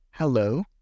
Hello